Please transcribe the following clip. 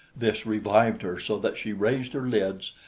this revived her so that she raised her lids,